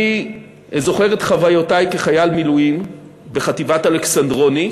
אני זוכר את חוויותי כחייל מילואים בחטיבת אלכסנדרוני,